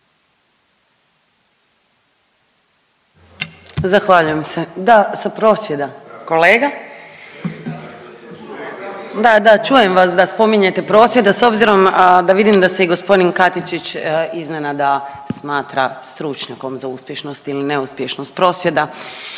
Zahvaljujem se. Da, sa prosvjeda kolega. Da, da, čujem vas da spominjete prosvjed, a s obzirom da vidim da se i gospodin Katičić iznenada smatra stručnjakom za uspješnost ili neuspješnost prosvjeda,